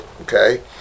Okay